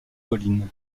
collines